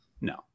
no